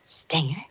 Stinger